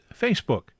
Facebook